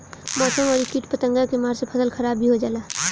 मौसम अउरी किट पतंगा के मार से फसल खराब भी हो जाला